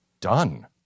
Done